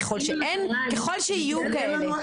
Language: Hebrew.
ככל שיהיו כאלה.